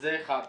זה אחד.